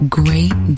great